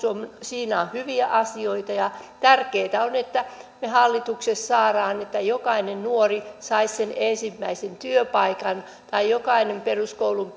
on hyviä asioita ja tärkeätä on että me hallituksessa saamme asiat niin että jokainen nuori saisi sen ensimmäisen työpaikan tai jokainen peruskoulun